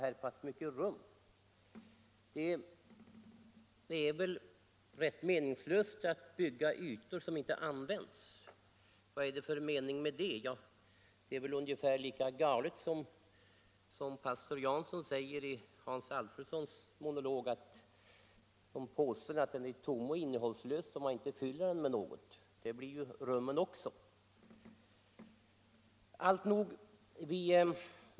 Det är väl rätt me ningslöst att bygga lokaler som inte används. Vad är det för mening med det? Det är som pastor Jansson i Hans Alfredsons monolog säger om påsen: Den är tom och innehållslös om man inte fyller den med något. Det blir rummen också. Alltnog.